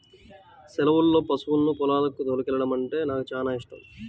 సెలవుల్లో పశువులను పొలాలకు తోలుకెల్లడమంటే నాకు చానా యిష్టం